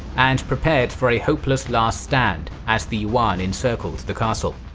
and prepared for a hopeless last stand as the yuan encircled the castle.